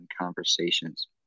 conversations